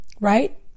right